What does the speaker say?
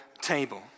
table